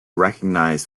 recognized